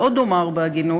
עוד אומר בהגינות,